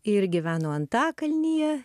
ir gyveno antakalnyje